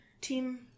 team